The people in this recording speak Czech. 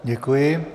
Děkuji.